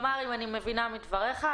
אם אני מבינה מדבריך,